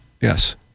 Yes